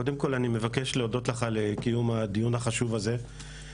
קודם כל אני מבקש להודות לך על קיום הדיון החשוב הזה.